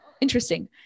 interesting